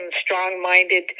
strong-minded